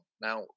Now